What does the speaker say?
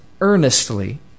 earnestly